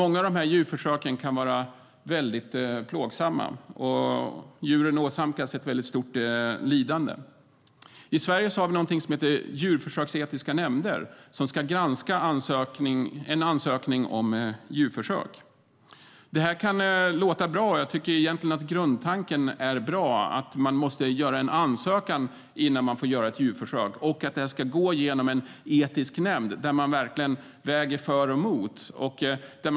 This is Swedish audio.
Många av djurförsöken kan vara väldigt plågsamma, och djuren åsamkas stort lidande.I Sverige har vi djurförsöksetiska nämnder som ska granska en ansökan om djurförsök. Det kan låta bra. Jag tycker egentligen att grundtanken är bra. Det är bra att man måste ansöka innan man får göra ett djurförsök, och det är bra att det ska gå genom en etisk nämnd som verkligen väger för och nackdelar.